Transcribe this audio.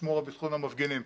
לשמור על בטחון המפגינים.